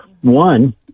one